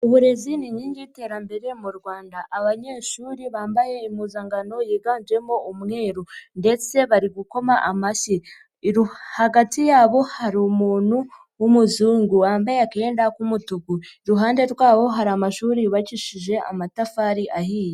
Uburezi ni inkingi y'iterambere mu Rwanda abanyeshuri bambaye impuzankano yiganjemo umweru ndetse bari gukoma amashyi hagati yabo hari umuntu w'umuzungu wambaye akenda k'umutuku iruhande rwabo hari amashuri yubakishije amatafari ahiye.